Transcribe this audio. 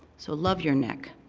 so love your neck,